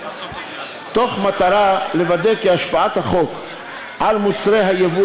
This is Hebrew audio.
מתוך מטרה לוודא כי השפעת החוק על מוצרי היבוא